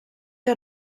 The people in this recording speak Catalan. que